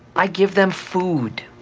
i give them food